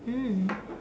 mm